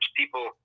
people